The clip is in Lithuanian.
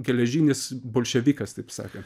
geležinis bolševikas taip sakan